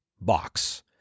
box